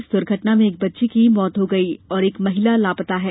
इस दुर्घटना में एक बच्ची की मौत हो गई वहीं एक महिला लापता है